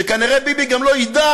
וכנראה גם ביבי לא יֵדע